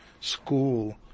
school